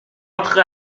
entre